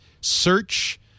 search